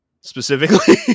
specifically